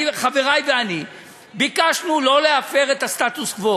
חברי ואני ביקשנו לא להפר את הסטטוס-קוו.